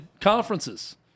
conferences